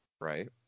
Right